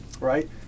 right